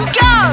go